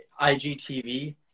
IGTV